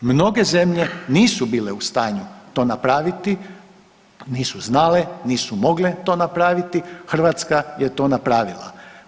Mnoge zemlje nisu bile u stanju to napraviti, nisu znale, nisu mogle to napraviti, Hrvatska je to napravila.